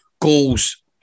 goals